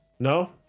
No